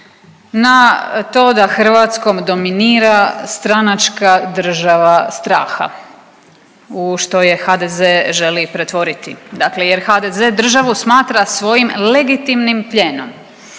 na to da Hrvatskom dominira stranačka država straha u što je HDZ želi pretvoriti. Dakle, jer HDZ državu smatra svojim legitimnim plijenom.